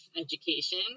education